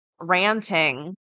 ranting